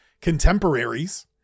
contemporaries